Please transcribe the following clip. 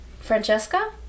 Francesca